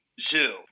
zoo